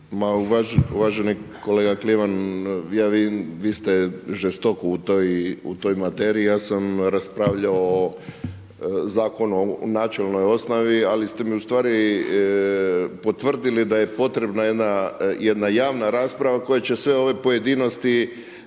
uvaženi kolega Kliman, ja vidim vi ste žestoko u toj materiji, ja sam raspravljalo o zakonu u načelnoj osnovi, ali ste mi ustvari potvrdili da je potrebna jedna javna rasprava koja će sve ove pojedinosti